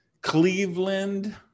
Cleveland